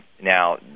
now